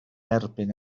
erbyn